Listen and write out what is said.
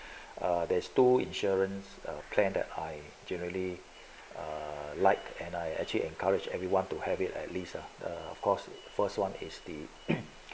err there's two insurance uh plan that I generally uh like and I actually encouraged everyone to have it at least ah of course first one is the